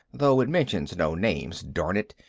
though it mentions no names, darn it.